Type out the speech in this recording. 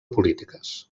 polítiques